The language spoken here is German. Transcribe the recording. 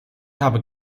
habe